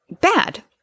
bad